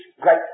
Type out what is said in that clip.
great